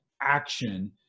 action